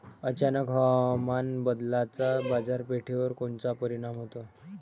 अचानक हवामान बदलाचा बाजारपेठेवर कोनचा परिणाम होतो?